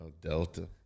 Delta